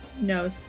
no